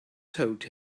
told